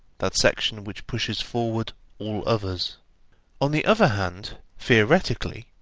that section which pushes forward all others on the other hand, theoretically,